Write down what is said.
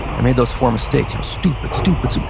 i made those four mistakes. stupid. stupid. stupid.